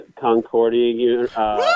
Concordia